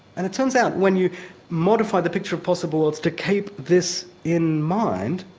and it turns out, when you modify the picture of possibles to keep this in mind,